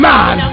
Man